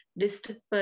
district